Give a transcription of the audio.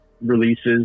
releases